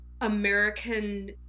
American